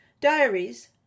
Diaries